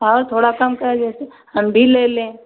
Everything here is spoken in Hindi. और थोड़ा कम कर देते हम भी ले लें